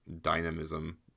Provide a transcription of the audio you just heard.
dynamism